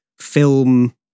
film